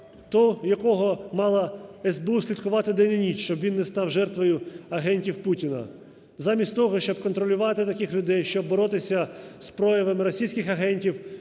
того, якого мала СБУ слідкувати ден і ніч, щоб він не став жертвою агентів Путіна. Замість того, щоб контролювати таких людей, щоб боротися з проявами російських агентів